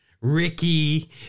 Ricky